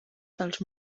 dels